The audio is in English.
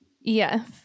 Yes